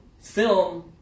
film